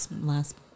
last